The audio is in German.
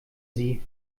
sie